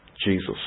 Jesus